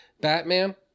Batman